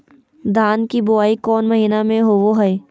धान की बोई कौन महीना में होबो हाय?